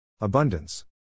Abundance